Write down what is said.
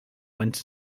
went